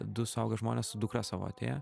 du suaugę žmonės su dukra savo atėję